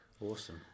Awesome